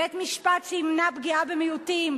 בית-משפט שימנע פגיעה במיעוטים,